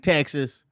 Texas